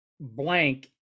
blank